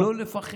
לא לפחד.